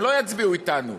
הם לא יצביעו אתנו,